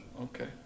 Okay